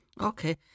Okay